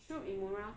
Shu Uemura